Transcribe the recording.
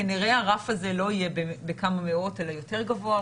כנראה הרף הזה לא יהיה בכמה מאות אלא יותר גבוה.